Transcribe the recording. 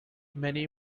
many